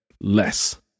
less